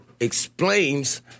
explains